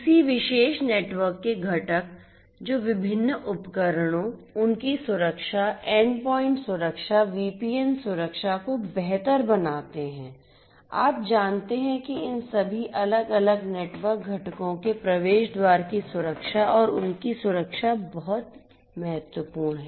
किसी विशेष नेटवर्क के घटक जो विभिन्न उपकरणों उनकी सुरक्षा एंडपॉइंट सुरक्षा वीपीएन सुरक्षा को बेहतर बनाते हैं आप जानते हैं कि इन सभी अलग अलग नेटवर्क घटकों के प्रवेश द्वार की सुरक्षा और उनकी सुरक्षा बहुत महत्वपूर्ण है